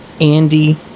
Andy